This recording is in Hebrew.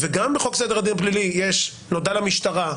וגם בחוק סדר הדין הפלילי יש "נודע למשטרה",